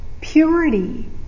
purity